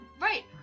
Right